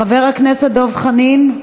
חבר הכנסת דב חנין,